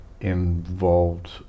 involved